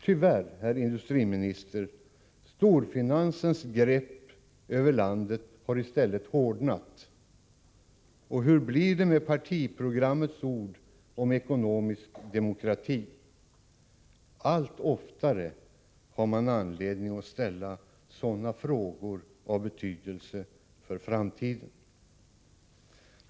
Tyvärr, herr industriminister, storfinansens grepp över landet har i stället hårdnat — och hur blir det med partiprogrammets ord om ekonomisk demokrati? Allt oftare har man anledning att ställa sådana frågor av betydelse för framtiden.